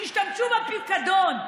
שישתמשו בפיקדון.